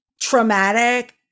traumatic